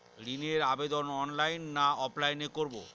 ঋণের আবেদন অনলাইন না অফলাইনে করব?